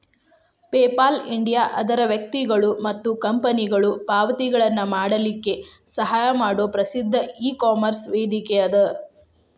PayPal India ಅದರ್ ವ್ಯಕ್ತಿಗೊಳು ಮತ್ತ ಕಂಪನಿಗೊಳು ಪಾವತಿಗಳನ್ನ ಮಾಡಲಿಕ್ಕೆ ಸಹಾಯ ಮಾಡೊ ಪ್ರಸಿದ್ಧ ಇಕಾಮರ್ಸ್ ವೇದಿಕೆಅದ